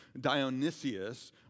Dionysius